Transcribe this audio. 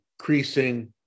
increasing